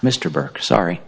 mr burke sorry